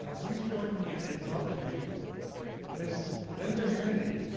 ah please join me in welcoming ms. linda handy,